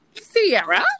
Sierra